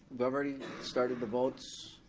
we've already started the votes.